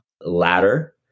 ladder